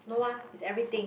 no ah it's everything